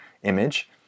image